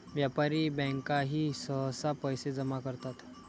व्यापारी बँकाही सहसा पैसे जमा करतात